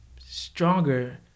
stronger